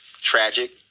tragic